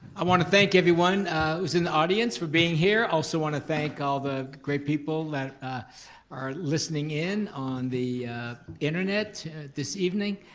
i want to thank everyone who's in the audience for being here. i also want to thank all the great people that are listening in on the internet this evening.